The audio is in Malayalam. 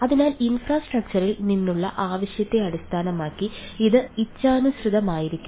അതിനാൽ ഇൻഫ്രാസ്ട്രക്ചറിൽ നിന്നുള്ള ആവശ്യത്തെ അടിസ്ഥാനമാക്കി ഇത് ഇച്ഛാനുസൃതമാക്കിയിരിക്കുന്നു